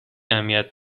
اهمیت